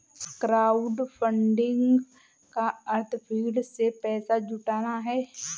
crowdfunding का अर्थ भीड़ से पैसा जुटाना है